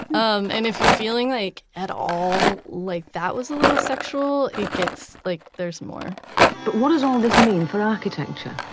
um and if you're feeling like, at all, like that was a little sexual, it gets like, there's more but what does all this mean for architecture?